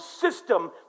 system